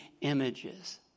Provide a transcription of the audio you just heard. images